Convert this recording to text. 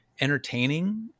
entertaining